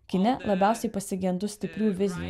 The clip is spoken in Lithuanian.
kine labiausiai pasigendu stiprių vizijų